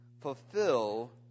fulfill